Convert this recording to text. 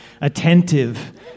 attentive